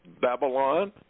Babylon